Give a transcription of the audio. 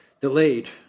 delayed